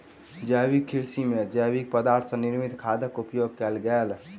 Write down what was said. जैविक कृषि में जैविक पदार्थ सॅ निर्मित खादक उपयोग कयल गेल